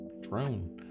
drone